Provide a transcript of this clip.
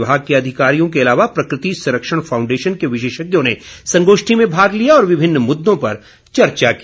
विभाग के अधिकारियों के अलावा प्रकृति संरक्षण फाउंडेशन के विशेषज्ञों ने संगोष्ठी में भाग लिया और विभिन्न मुद्दों पर चर्चा की